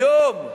היום כולם,